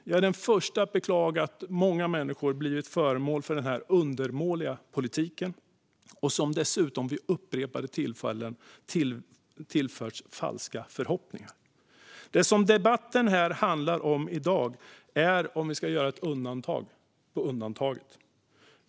Jag är den förste att beklaga att många människor har blivit föremål för denna undermåliga politik och dessutom vid upprepade tillfällen har tillförts falska förhoppningar. Det debatten i dag handlar om är om vi ska göra ett undantag från undantaget.